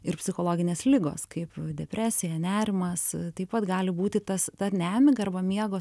ir psichologinės ligos kaip depresija nerimas taip pat gali būti tas ta nemiga arba miego